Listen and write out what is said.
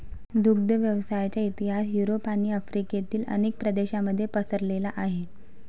दुग्ध व्यवसायाचा इतिहास युरोप आणि आफ्रिकेतील अनेक प्रदेशांमध्ये पसरलेला आहे